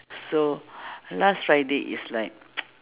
so last friday is like